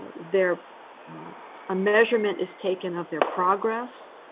ah there ah a measurement is taken of their progress